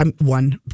One